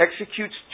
executes